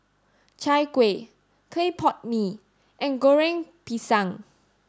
Chai Kuih Clay Pot Mee and Goreng Pisang